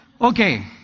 Okay